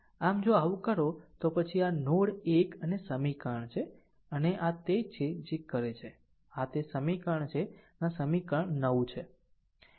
આમ જો આવું કરો તો પછી આ નોડ 1 અને આ સમીકરણ છે અને આ તે જ છે જે કરે છે આ તે આ સમીકરણ છે તે આ સમીકરણ 9 છે